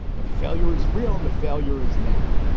but the failure is real and the failure is now.